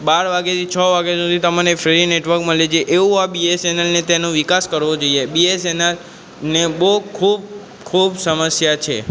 બાર વાગ્યાથી છ વાગ્યા સુધી તમને ફ્રી નેટવર્ક મળે છે એવો આ બીએસએનએલને તેનો વિકાસ કરવો જોઇએ બીએસએનએલને બહુ ખૂબ ખૂબ સમસ્યા છે